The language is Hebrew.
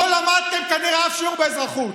לא למדתם כנראה אף שיעור באזרחות,